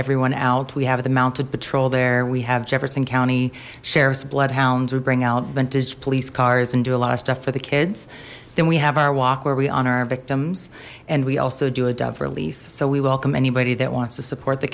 everyone out we have the mounted patrol there we have jefferson county sheriff's bloodhounds we bring out vintage police cars and do a lot of stuff for the kids then we have our walk where we honor our victims and we also do a dove release so we welcome anybody that wants to support the